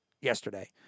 yesterday